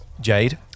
jade